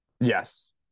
Yes